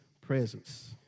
presence